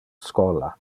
schola